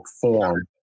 form